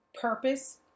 purpose